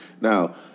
Now